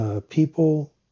people